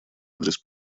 адрес